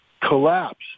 collapse